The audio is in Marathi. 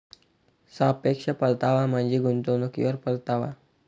सापेक्ष परतावा म्हणजे गुंतवणुकीवर परतावा